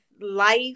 life